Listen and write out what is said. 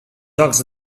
jocs